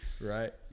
right